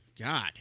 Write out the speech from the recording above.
God